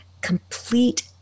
complete